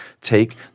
take